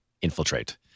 infiltrate